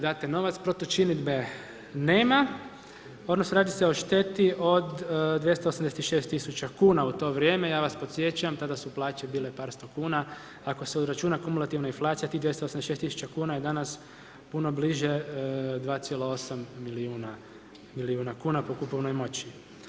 Date novac protučinidbe nema, odnosno radi se o šteti od 286 000 kuna u to vrijeme, ja vas podsjećam, tada su plaće bila par sto kuna, ako se uračuna kumulativna inflacija tih 286 000 kuna je danas puno bliže 2,8 milijuna kuna po kupovnoj moći.